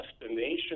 destination